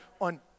on